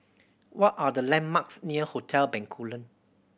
what are the landmarks near Hotel Bencoolen